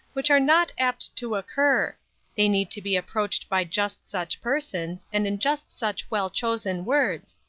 which are not apt to occur they need to be approached by just such persons, and in just such well-chosen words,